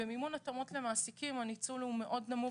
במימון התאמות למעסיקים הניצול הוא מאוד נמוך.